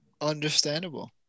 Understandable